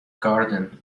garden